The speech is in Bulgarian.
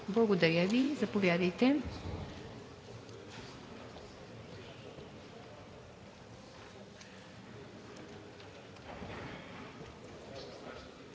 Благодаря Ви. Заповядайте.